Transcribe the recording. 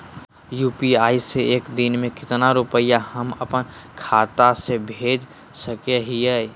UPI से एक दिन में कितना रुपैया हम अपन खाता से भेज सको हियय?